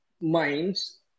minds